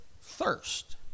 thirst